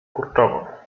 kurczowo